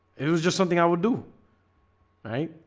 it was just something i would do right,